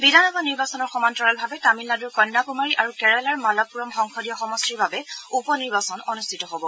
বিধানসভা নিৰ্বাচনৰ সমান্তৰালভাৱে তামিলনাডুৰ কন্যাকুমাৰী আৰু কেৰালাৰ মালাগ্পুৰম সংসদীয় সমষ্টিৰ বাবে উপনিৰ্বাচন অনুষ্ঠিত হ'ব